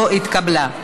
לא נתקבלה.